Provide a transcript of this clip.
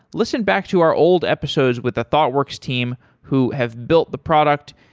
listen back to our old episodes with the thoughtworks team who have built the product.